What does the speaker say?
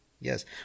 Yes